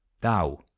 thou